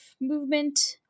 movement